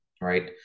right